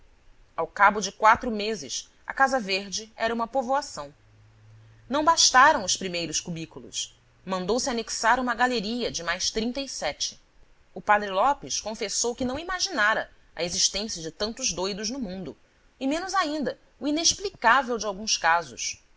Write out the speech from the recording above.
ao cabo de quatro meses a casa verde era uma povoação não bastaram os primeiros cubículos mandou se anexar uma galeria de mais trinta e sete o padre lopes confessou que não imaginara a existência de tantos doidos no mundo e menos ainda o inexplicável de alguns casos